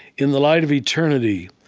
in the light of eternity,